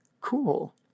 Cool